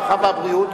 הרווחה והבריאות,